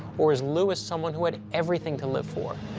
or is lewis someone who had everything to live for?